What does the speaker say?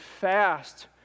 fast